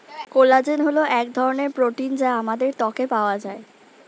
collagen হল এক ধরনের প্রোটিন যা আমাদের ত্বকে পাওয়া যায়